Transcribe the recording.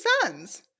sons